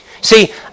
See